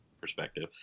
perspective